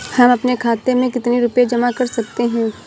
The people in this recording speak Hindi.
हम अपने खाते में कितनी रूपए जमा कर सकते हैं?